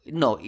no